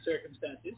circumstances